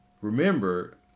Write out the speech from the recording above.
remember